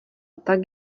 tak